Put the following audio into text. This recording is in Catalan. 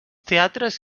teatres